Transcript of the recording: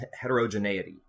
heterogeneity